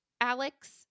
Alex